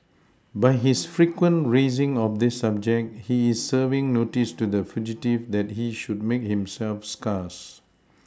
by his frequent raising of this subject he is serving notice to the fugitive that he should make himself scarce